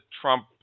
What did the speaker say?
Trump